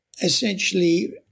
Essentially